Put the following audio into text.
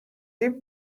deep